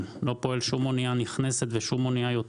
אלה האמצעים שלדעתנו היה נכון להחיל,